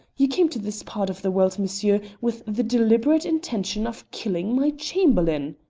you came to this part of the world, monsieur, with the deliberate intention of killing my chamberlain!